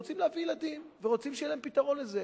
הם רוצים להביא ילדים ורוצים שיהיה להם פתרון לזה.